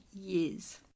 years